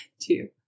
two